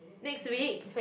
next week